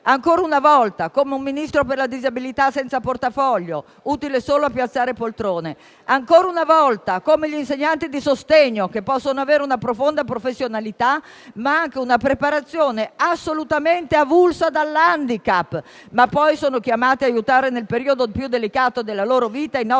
Ancora una volta, si! Come un Ministro per la disabilità senza portafoglio, utile solo a piazzare poltrone. Ancora una volta, come gli insegnanti di sostegno che possono avere una profonda professionalità ma anche una preparazione assolutamente avulsa dall'*handicap*, ma poi sono chiamati ad aiutare nel periodo più delicato della loro vita i nostri ragazzi